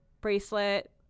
bracelet